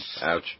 Ouch